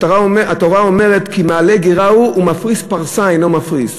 התורה אומרת: כי מעלה גרה הוא ופרסה אינו מפריס.